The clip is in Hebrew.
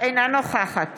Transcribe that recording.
אינה נוכחת